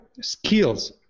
skills